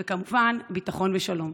וכמובן, ביטחון ושלום.